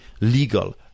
legal